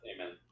Amen